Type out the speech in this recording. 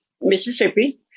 Mississippi